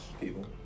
people